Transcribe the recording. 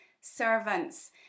servants